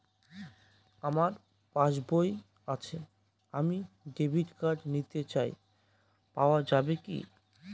আমার পাসবই আছে আমি ডেবিট কার্ড নিতে চাই পাওয়া যাবে কি?